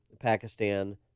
Pakistan